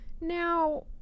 Now